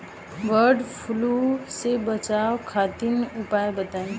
वड फ्लू से बचाव खातिर उपाय बताई?